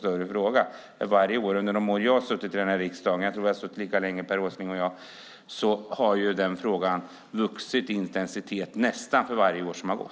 Nästan för varje år som har gått under de år jag har suttit i den här riksdagen - jag tror att vi har suttit lika länge, Per Åsling och jag - har frågan vuxit i intensitet.